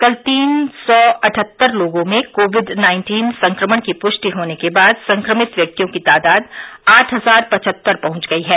कल तीन सौ अठहत्तर लोगों में कोविड नाइन्टीन संक्रमण की पुष्टि होने के बाद संक्रमित व्यक्तियों की तादाद आठ हजार पचहत्तर पहुंच गई है